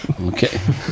okay